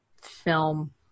film